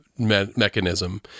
mechanism